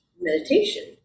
meditation